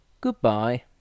goodbye